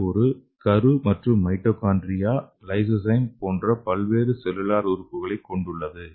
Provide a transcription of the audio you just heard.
இது ஒரு கரு மற்றும் மைட்டோகாண்ட்ரியா லைசோசோம் போன்ற பல்வேறு செல்லுலார் உறுப்புகளைக் கொண்டுள்ளது